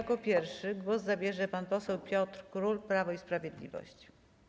Jako pierwszy głos zabierze pan poseł Piotr Król, Prawo i Sprawiedliwość.